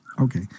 Okay